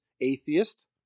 atheist